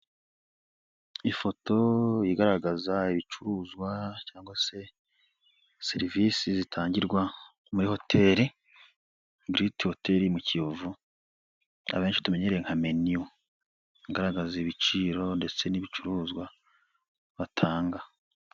Ifoto igaragaza ibicuruzwa cyangwa se serivisi zitangirwa muri hoteri; Giriti hoteri, mu kiyovu, abenshi tumenyeye nka meniyu; igaragaza ibiciro ndetse n'ibicuruzwa batanga.